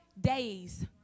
days